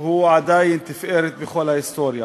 הוא עדיין תפארת בכל ההיסטוריה,